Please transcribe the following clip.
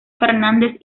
fernández